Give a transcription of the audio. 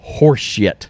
Horseshit